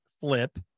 flip